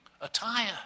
attire